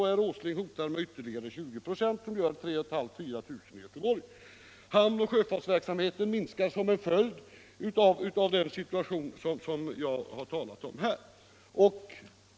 Herr Åsling hotar med ytterligare 20 96, som gör 3 500-4 000 i Göteborg. Hamnoch sjöfartsverksamheten minskar som en följd av den situation jag talat om här.